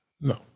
No